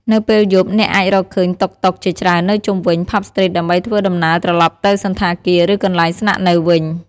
នៅពេលយប់ អ្នកអាចរកឃើញ តុកតុក ជាច្រើននៅជុំវិញ ផាប់ ស្ទ្រីត ដើម្បីធ្វើដំណើរត្រឡប់ទៅសណ្ឋាគារ ឬកន្លែងស្នាក់នៅវិញ។